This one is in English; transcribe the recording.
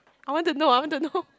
I want to know I want to know